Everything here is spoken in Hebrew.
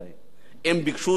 הם ביקשו שיפרסו להם,